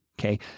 Okay